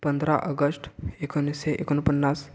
पंधरा ऑगस्ट एकोणीसशे एकोणपन्नास